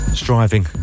striving